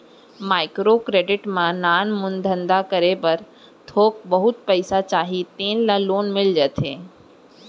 micro credit म नानमुन धंधा करे बर थोक बहुत पइसा चाही तेन ल लोन मिल जाथे